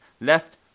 Left